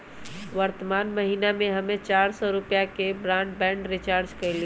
वर्तमान महीना में हम्मे चार सौ रुपया के ब्राडबैंड रीचार्ज कईली